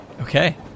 Okay